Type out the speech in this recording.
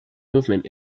movement